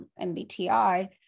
MBTI